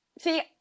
See